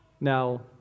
Now